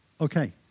okay